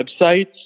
websites